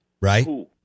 Right